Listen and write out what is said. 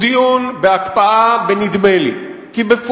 הוא דיון בהקפאה בנדמה-לי,